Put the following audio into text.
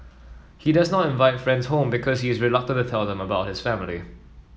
he does not invite friends home because he is reluctant to tell them about his family